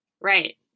Right